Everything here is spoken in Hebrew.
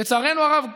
לצערנו הרב,